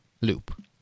loop